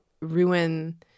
ruin